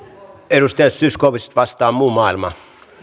edustaja zyskowicz vastaan muu maailma